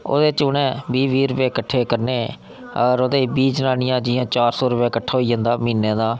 ओह्दे च उ'नें बीह् बीह् रपेऽ कट्ठे करने ते ओह्दे च बी जनानियां जि'यां चार सौ रपेआ किट्ठा होई जंदा म्हीने दा